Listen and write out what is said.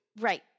Right